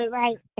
right